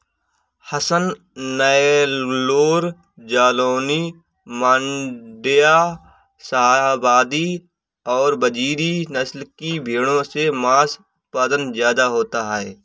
हसन, नैल्लोर, जालौनी, माण्ड्या, शाहवादी और बजीरी नस्ल की भेंड़ों से माँस उत्पादन ज्यादा होता है